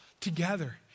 together